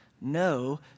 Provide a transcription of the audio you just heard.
no